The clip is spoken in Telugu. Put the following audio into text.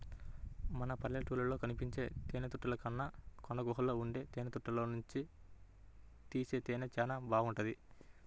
మన పల్లెటూళ్ళలో కనిపించే తేనెతుట్టెల కన్నా కొండగుహల్లో ఉండే తేనెతుట్టెల్లోనుంచి తీసే తేనె చానా బాగుంటది